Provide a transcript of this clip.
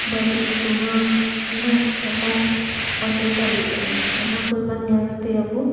ᱵᱟᱹᱲᱤᱡ ᱫᱩᱦᱟᱺ ᱛᱤᱱᱟᱹᱜ ᱨᱚᱠᱚᱢ ᱚᱥᱩᱵᱤᱫᱷᱟ ᱦᱩᱭᱩᱜ ᱛᱟᱵᱚᱱᱟ ᱚᱱᱟᱠᱚ ᱵᱟᱝ ᱧᱮᱞ ᱠᱟᱛᱮ ᱟᱵᱚ